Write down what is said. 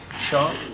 sharp